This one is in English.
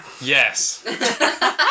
Yes